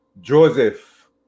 Joseph